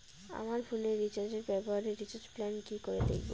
আমার ফোনে রিচার্জ এর ব্যাপারে রিচার্জ প্ল্যান কি করে দেখবো?